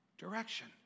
direction